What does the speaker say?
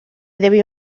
debe